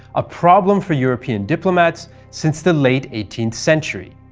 a problem for european diplomats since the late eighteenth century.